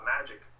magic